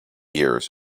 years